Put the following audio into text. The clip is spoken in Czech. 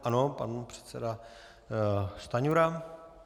Ano, pan předseda Stanjura.